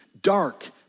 dark